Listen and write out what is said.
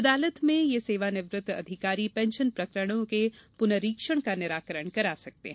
अदालत में सेवानिवृत्त अधिकारी पेंशन प्रकरणों के पुनरीक्षण का निराकरण करा सकते हैं